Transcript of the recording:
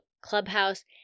Clubhouse